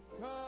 Come